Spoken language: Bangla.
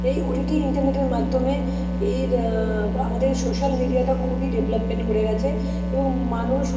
এই ওটিটি ইন্টারনেটের মাধ্যমে এর আমাদের সোশাল মিডিয়াটা খুবই ডেভলপমেন্ট করে গেছে এবং মানুষ